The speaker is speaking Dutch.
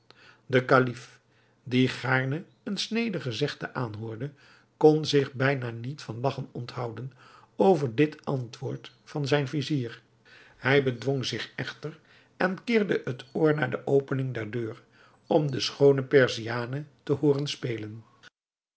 de kalif die gaarne een snedig gezegde aanhoorde kon zich bijna niet van lagchen onthouden over dit antwoord van zijn vizier hij bedwong zich echter en keerde het oor naar de opening der deur om de schoone perziane te hooren spelen